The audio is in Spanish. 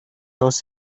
dos